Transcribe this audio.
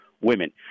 women